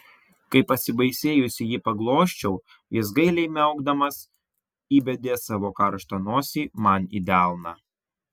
kai pasibaisėjusi jį paglosčiau jis gailiai miaukdamas įbedė savo karštą nosį man į delną